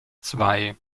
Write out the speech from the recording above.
zwei